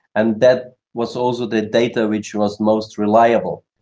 and that was also the data which was most reliable.